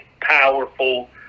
powerful